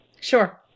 Sure